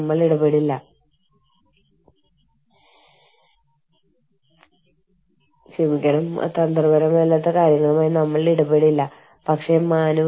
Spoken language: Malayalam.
അന്താരാഷ്ട്ര രംഗത്ത് എന്താണ് വേണ്ടതെന്ന് അറിയാൻ സ്ഥാപനത്തിന്റെ അന്താരാഷ്ട്ര വിവര ഇൻപുട്ടുകൾ വർദ്ധിപ്പിക്കുക